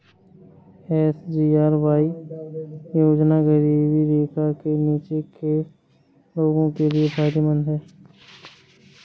SGRY योजना गरीबी रेखा से नीचे के लोगों के लिए फायदेमंद है